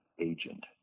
agent